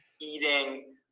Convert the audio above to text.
eating